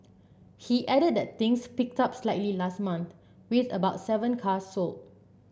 he added that things picked up slightly last month with about seven cars sold